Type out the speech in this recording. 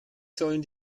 sollen